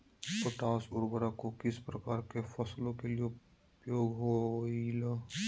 Potash उर्वरक को किस प्रकार के फसलों के लिए उपयोग होईला?